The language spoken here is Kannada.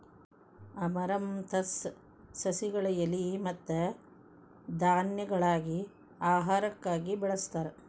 ಅಮರಂತಸ್ ಸಸಿಗಳ ಎಲಿ ಮತ್ತ ಧಾನ್ಯಗಳಾಗಿ ಆಹಾರಕ್ಕಾಗಿ ಬಳಸ್ತಾರ